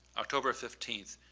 october fifteenth.